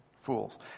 Fools